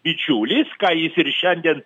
bičiulis ką jis ir šiandien